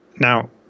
Now